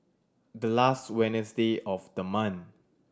the last Wednesday of the month